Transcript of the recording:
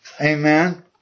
Amen